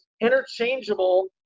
interchangeable